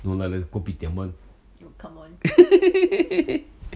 no lah like the kopitiam one